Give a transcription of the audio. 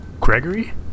Gregory